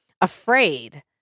afraid